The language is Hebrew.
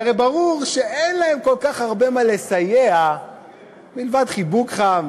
שהרי ברור שאין להם כל כך הרבה מה לסייע מלבד חיבוק חם